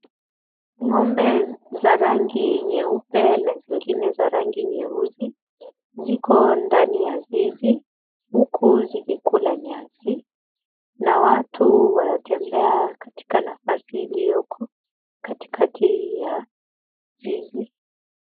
Ng'ombe za rangi nyeupe na zingine za rangi nyeusi ziko ndani ya zizi, huku zikikula nyasi na watu wanatembea katika nafasi ilioko katikati ya zizi.